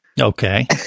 Okay